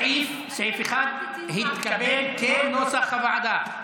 סעיף 1 התקבל כנוסח הוועדה.